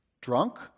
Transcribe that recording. drunk